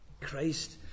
Christ